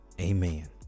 amen